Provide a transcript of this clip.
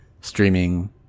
streaming